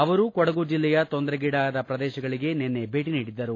ಅವರು ಕೊಡಗು ಜಿಲ್ಲೆಯ ತೊಂದರೆಗೀಡಾದ ಪ್ರದೇಶಗಳಿಗೆ ನಿನ್ನೆ ಭೇಟಿ ನೀಡಿದ್ದರು